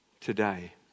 today